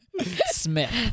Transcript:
Smith